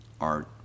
art